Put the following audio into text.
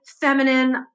feminine